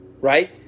right